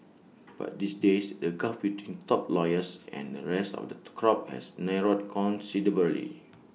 but these days the gulf between top lawyers and the rest of the crop has narrowed considerably